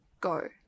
Go